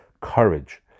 courage